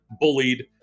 bullied